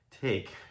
take